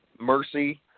mercy